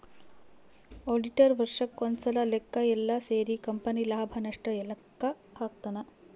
auditor ವರ್ಷಕ್ ಒಂದ್ಸಲ ಲೆಕ್ಕ ಯೆಲ್ಲ ಸೇರಿ ಕಂಪನಿ ಲಾಭ ನಷ್ಟ ಲೆಕ್ಕ ಹಾಕ್ತಾನ